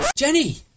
Jenny